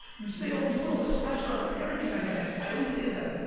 you say all, you put all this pressure on the parenting dynamic. i always say to them,